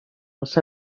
els